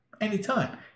Anytime